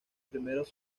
primeros